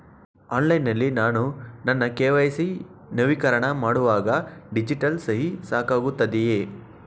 Online ನಲ್ಲಿ ನಾನು ನನ್ನ ಕೆ.ವೈ.ಸಿ ನವೀಕರಣ ಮಾಡುವಾಗ ಡಿಜಿಟಲ್ ಸಹಿ ಸಾಕಾಗುತ್ತದೆಯೇ?